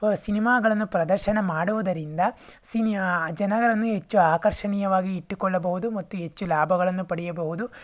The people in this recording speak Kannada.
ಸಿನಿಮಾಗಳನ್ನು ಪ್ರದರ್ಶನ ಮಾಡುವುದರಿಂದ ಸಿನಿ ಜನಗಳನ್ನು ಹೆಚ್ಚು ಆಕರ್ಷಣೀಯವಾಗಿ ಇಟ್ಟುಕೊಳ್ಳಬಹುದು ಮತ್ತು ಹೆಚ್ಚು ಲಾಭಗಳನ್ನು ಪಡೆಯಬಹುದು